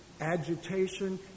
Agitation